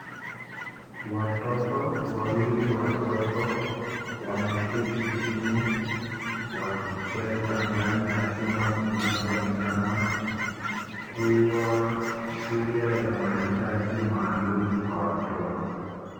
Watotot wawili wadogo wameketi chini wakicheza ndani ya chumba kinacho kuwa shule ya mahitaji maalum kwa watoto.